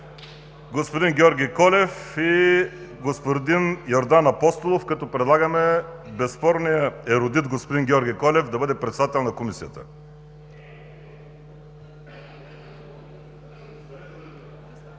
господин Георги Колев и господин Йордан Апостолов, като предлагаме безспорният ерудит господин Георги Колев да бъде председател на Комисията.